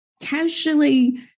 casually